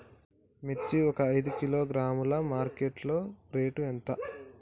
మిర్చి ఒక ఐదు కిలోగ్రాముల మార్కెట్ లో రేటు ఎంత?